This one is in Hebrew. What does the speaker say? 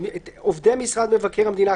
עובדי משרד מבקר המדינה,